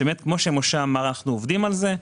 וכמו שמשה אמר, אנחנו עובדים על זה.